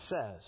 says